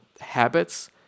habits